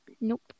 Nope